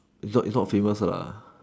is not is not famous